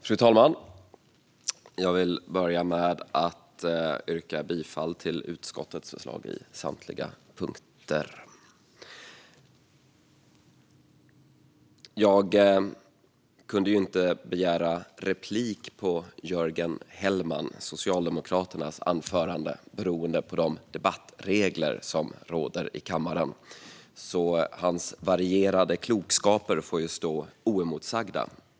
Fru talman! Jag vill börja med att yrka bifall till utskottets förslag under samtliga punkter. Jag kunde inte begära replik på Socialdemokraternas Jörgen Hellmans anförande, beroende på de debattregler som råder i kammaren, så hans varierade klokskaper får stå oemotsagda.